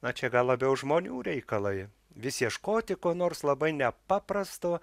na čia gal labiau žmonių reikalai vis ieškoti ko nors labai nepaprasto